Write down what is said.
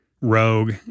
Rogue